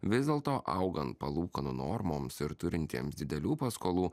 vis dėlto augant palūkanų normoms ir turintiems didelių paskolų